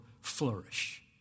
flourish